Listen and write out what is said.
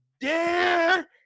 dare